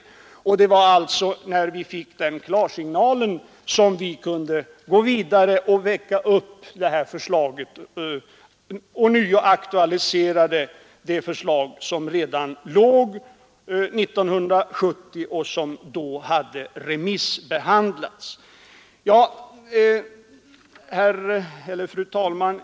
Det var alltså när vi fick denna klarsignal som vi kunde gå vidare och ånyo aktualisera det förslag som fanns redan 1971 och som då hade remissbehandlats. Fru talman!